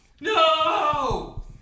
No